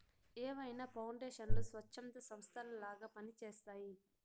ఏవైనా పౌండేషన్లు స్వచ్ఛంద సంస్థలలాగా పని చేస్తయ్యి